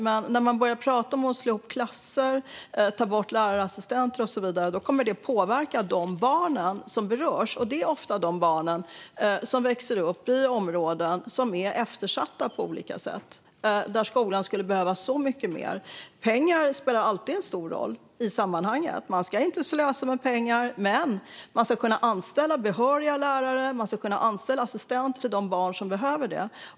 Men att slå ihop klasser, ta bort lärarassistenter och så vidare kommer att påverka de barn som berörs, och det är ofta barn som växer upp i områden som är eftersatta på olika sätt. Där skulle skolan behöva mycket mer. Pengar spelar alltid en stor roll i sammanhanget. Man ska inte slösa med pengar, men man ska kunna anställa behöriga lärare. Man ska kunna anställa assistenter till de barn som behöver det.